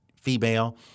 female